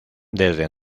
desde